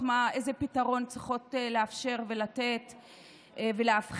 איזה פתרון הן צריכות לאפשר ולתת ולאבחן,